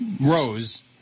Rose